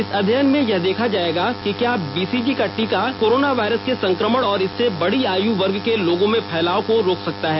इस अध्ययन में यह देखा जाएगा कि क्या बीसीजी का टीका कोरोना वायरस के संक्रमण और इसके बड़ी आय वर्ग के लोगो में फैलाव को रोक सकता है